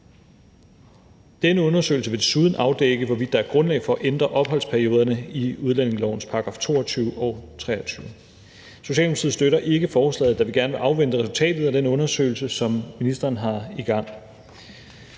Den undersøgelse vil desuden afdække, hvorvidt der er grundlag for at ændre opholdsperioderne i udlændingelovens §§ 22 og 23. Socialdemokratiet støtter ikke forslaget, da vi gerne vil afvente resultatet af den undersøgelse, som ministeren har i gang.